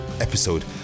episode